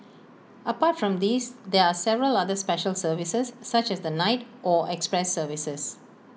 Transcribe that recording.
apart from these there are several other special services such as the night or express services